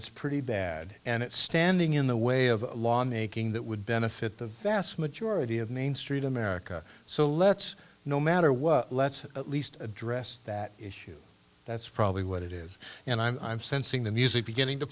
it's pretty bad and standing in the way of lawmaking that would benefit the vast majority of main street america so let's no matter what let's at least address that issue that's probably what it is and i'm sensing the music beginning to